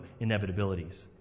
inevitabilities